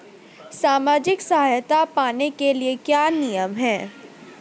सामाजिक सहायता पाने के लिए क्या नियम हैं?